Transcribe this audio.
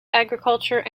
agriculture